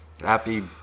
Happy